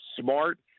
smart